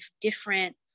different